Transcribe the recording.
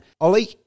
Ollie